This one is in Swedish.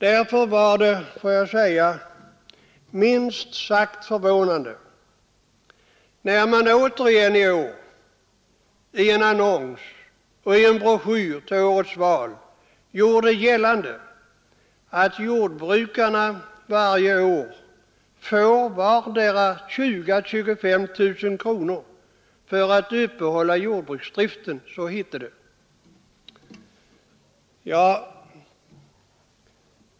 Därför var det minst sagt förvånande när man återigen i år i en annons och i en broschyr till årets val gjorde gällande att jordbrukarna varje år får vardera 20 000 — 25 000 kronor för att upprätthålla jordbruksdriften. Så hette det.